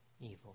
evil